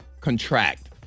contract